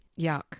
Yuck